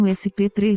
sp3